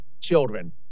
children